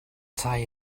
tai